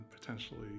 potentially